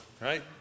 Right